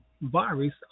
virus